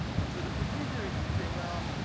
and so the procedure is to say, well,